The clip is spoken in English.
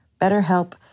BetterHelp